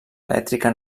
elèctrica